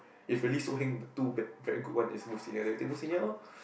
if really so heng two bat very good one is wolf senior then we take wolf senior loh